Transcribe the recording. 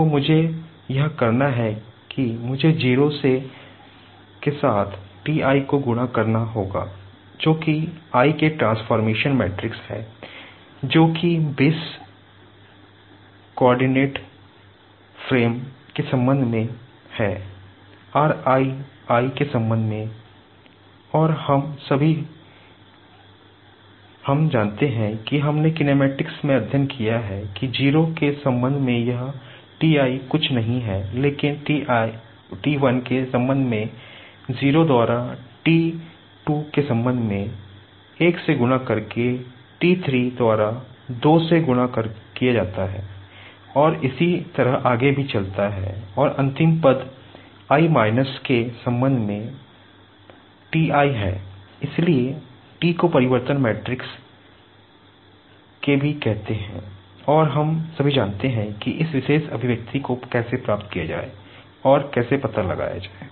तो मुझे यह करना है की मुझे 0 से के साथ T i को गुणा करना होगा जो कि i के ट्रांसफ़ॉर्मेशन मैट्रिक्स को कैसे प्राप्त किया जाए और कैसे पता लगाया जाए